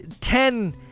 ten